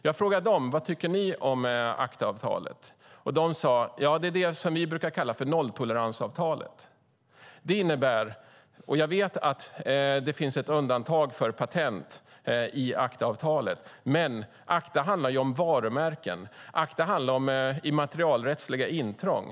Jag frågade dem vad de tycker om ACTA. De sade: Vi brukar kalla det nolltoleransavtalet. Nu vet jag att det finns ett undantag för patent i ACTA, men ACTA handlar ju om varumärken. Det handlar om immaterialrättsliga intrång.